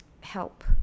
help